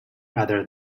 rather